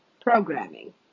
programming